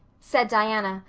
said diana,